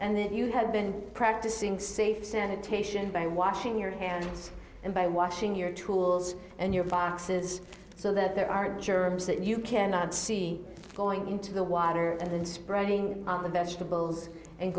and that you have been practicing safe sanitation by washing your hands and by washing your tools and your boxes so that there are germs that you cannot see going into the water and then spreading the vegetables and